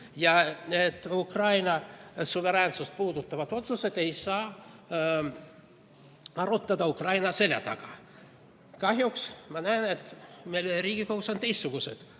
ja et Ukraina suveräänsust puudutavaid otsuseid ei saa arutada Ukraina selja taga. Kahjuks ma näen, et meil Riigikogus on teistsuguseid